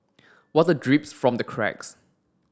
water drips from the cracks